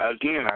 again